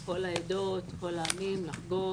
כל העדות, כל העמים לחגוג